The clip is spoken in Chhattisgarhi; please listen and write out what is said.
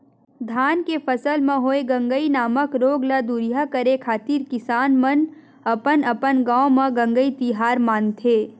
धान के फसल म होय गंगई नामक रोग ल दूरिहा करे खातिर किसान मन अपन अपन गांव म गंगई तिहार मानथे